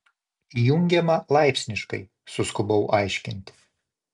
įjungiama laipsniškai suskubau aiškinti